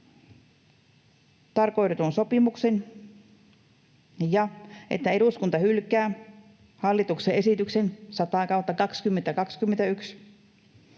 tarkoitetun sopimuksen ja että eduskunta hylkää hallituksen esitykseen 100/2021